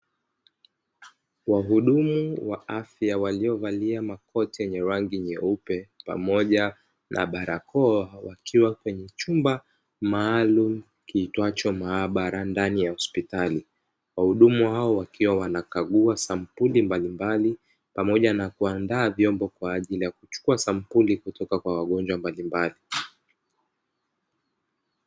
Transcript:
Wahudumu wa afya waliovalia makoti yenye rangi nyeupe pamoja na barakoa wakiwa kwenye chumba maalum kiitwacho maabara ndani ya hospitali. Kwa huduma hao wakiwa wanakagua sampuli mbalimbali pamoja na kuandaa vyombo kwa ajili ya kuchukua sampuli kutoka kwa wagonjwa mbalimbali.